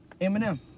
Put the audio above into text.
Eminem